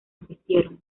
asistieron